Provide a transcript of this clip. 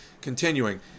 Continuing